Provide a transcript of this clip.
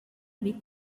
with